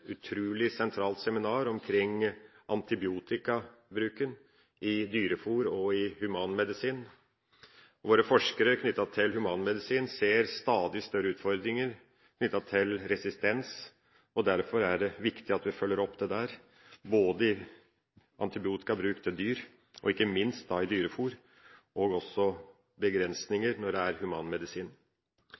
utrolig sentralt seminar om antibiotikabruk i dyrefôr og i humanmedisin. Forskere innen humanmedisin ser stadig større utfordringer knyttet til resistens. Derfor er det viktig at vi følger opp dette, både antibiotikabruk til dyr og ikke minst i dyrefôr, og også begrensninger når det gjelder humanmedisin.